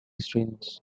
strains